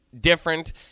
different